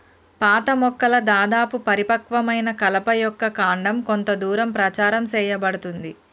పాత మొక్కల దాదాపు పరిపక్వమైన కలప యొక్క కాండం కొంత దూరం ప్రచారం సేయబడుతుంది